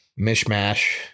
mishmash